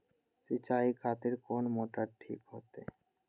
सीचाई खातिर कोन मोटर ठीक होते?